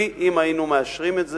כי אם היינו מאשרים את זה,